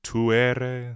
Tuere